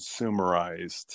consumerized